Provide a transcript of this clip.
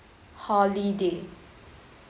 holiday